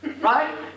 right